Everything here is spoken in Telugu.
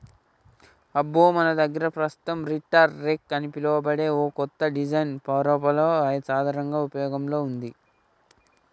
అబ్బో మన దగ్గర పస్తుతం రీటర్ రెక్ అని పిలువబడే ఓ కత్త డిజైన్ ఐరోపాలో సాధారనంగా ఉపయోగంలో ఉంది